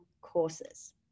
courses